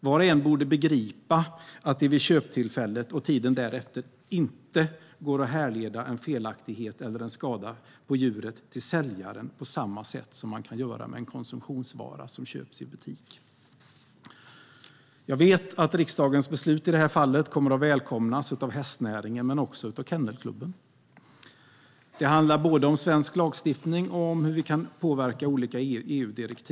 Var och en borde begripa att det vid köptillfället och tiden därefter inte går att härleda en felaktighet eller en skada på djuret till säljaren på samma sätt som man kan göra med en konsumtionsvara som köps i butik. Jag vet att riksdagens beslut i det här fallet kommer att välkomnas av hästnäringen men också av Svenska Kennelklubben. Det handlar både om svensk lagstiftning och om hur vi kan påverka olika EU-direktiv.